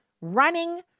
running